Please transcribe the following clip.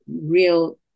real